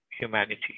humanity